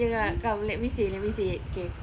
okay come come let me say it let me say it okay